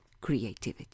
creativity